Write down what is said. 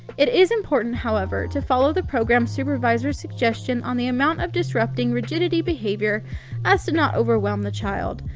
it is important, however, to follow the program supervisor's suggestion on the amount of disrupting rigidity behavior as to not overwhelm the child.